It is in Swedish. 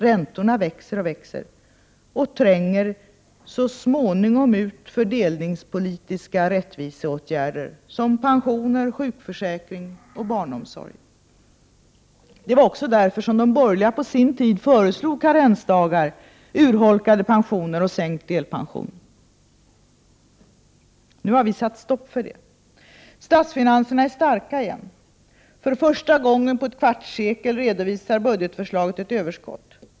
Räntorna växer och växer och tränger så småningom ut fördelningspolitiska rättviseåtgärder som pensioner, sjukförsäkring och barnomsorg. Det var också därför de borgerliga på sin tid föreslog karensdagar, urholkade pensioner och sänkt delpension. Nu har vi satt stopp för det. Statsfinanserna är starka igen. För första gången på ett kvarts sekel redovisar budgetförslaget ett överskott.